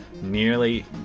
nearly